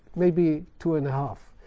maybe two and a half.